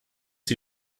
die